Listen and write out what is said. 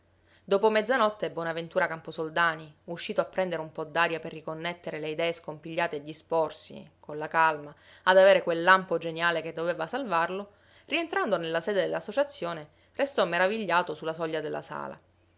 dopo mezzanotte bonaventura camposoldani uscito a prendere un po d'aria per riconnettere le idee scompigliate e disporsi con la calma ad aver quel lampo geniale che doveva salvarlo rientrando nella sede dell'associazione restò meravigliato su la soglia della sala